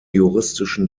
juristischen